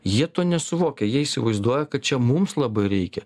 jie nesuvokia jie įsivaizduoja kad čia mums labai reikia